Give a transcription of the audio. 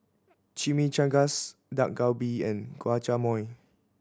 Chimichangas Dak Galbi and Guacamole